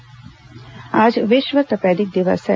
तपेदिक दिवस आज विश्व तपेदिक दिवस है